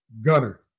Gunner